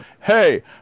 hey